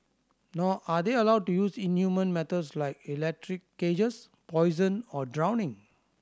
nor are they allowed to use inhumane methods like electric cages poison or drowning